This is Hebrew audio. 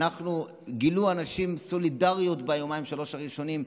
אנשים גילו סולידריות ביומיים-שלושה הראשונים.